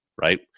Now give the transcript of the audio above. Right